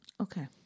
Okay